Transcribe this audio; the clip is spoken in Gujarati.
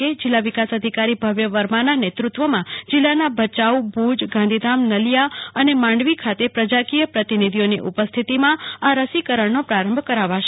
કે જીલ્લા વિકાસ અધિકારી ભવ્ય વારમાં ના નેતૃત્વમાં જીલ્લાના ભચાઉ ભુજ ગાંધીધામ નળિયા અને માંડવી ખાતે પ્રજાકીય પ્રતિનિધિ ની ઉપસ્થિતિમાં આ રસીકરણ નો પ્રારંભ કરાવાશે